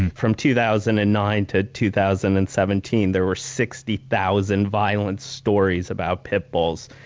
and from two thousand and nine to two thousand and seventeen, there were sixty thousand violence stories about pit bulls,